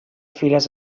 files